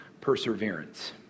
perseverance